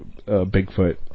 Bigfoot